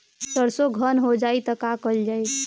सरसो धन हो जाई त का कयील जाई?